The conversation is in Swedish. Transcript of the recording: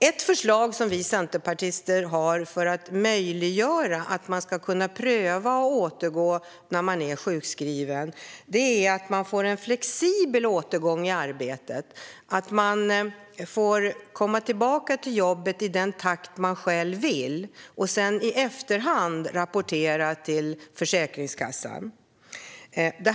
Ett förslag som vi centerpartister har för att möjliggöra prövning av återgång när personer är sjukskrivna är att de får en flexibel återgång i arbete och att de får komma tillbaka till jobbet i den takt de själva vill och sedan rapportera till Försäkringskassan i efterhand.